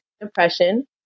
depression